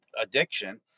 addiction